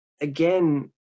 again